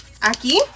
Aquí